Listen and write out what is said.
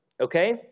Okay